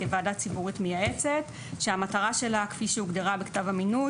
כוועדת ציבורית מייעצת שהמטרה שלה כפי שהוגדרה בכתב המינוי,